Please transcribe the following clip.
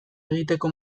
egiteko